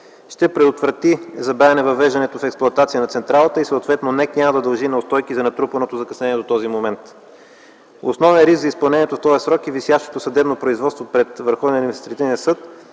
ще предотврати забавяне на въвеждането в експлоатация на централата и съответно НЕК няма да дължи неустойки за натрупаното закъснение до този момент. Основен риск за изпълнението в този срок е висящото съдебно производство пред